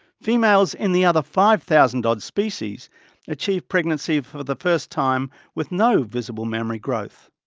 females in the other five thousand odd species achieve pregnancy for the first time with no visible mammary growth.